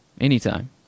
Anytime